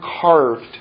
carved